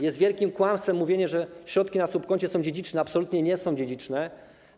Jest wielkim kłamstwem mówienie, że środki na subkoncie są dziedziczne - absolutnie nie są dziedziczne.